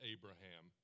Abraham